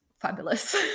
fabulous